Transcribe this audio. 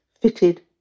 fitted